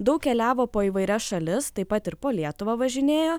daug keliavo po įvairias šalis taip pat ir po lietuvą važinėjo